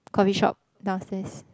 coffee shop downstairs